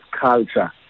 culture